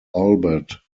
albert